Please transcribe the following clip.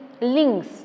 links